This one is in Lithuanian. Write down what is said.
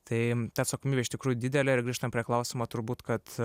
tai ta atsakomybė iš tikrųjų didelė ir grįžtam prie klausimo turbūt kad